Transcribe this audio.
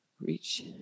Reach